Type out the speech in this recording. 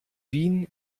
wien